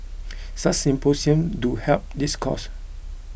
such symposiums do help this cause